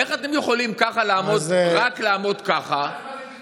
איך אתם יכולים רק לעמוד ככה אז מה זה, דיקטטורה?